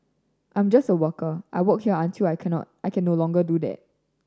I'm just a worker and work here until I can not I can no longer do that